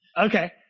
Okay